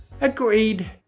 Agreed